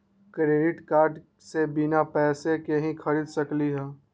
Credit card से बिना पैसे के ही खरीद सकली ह?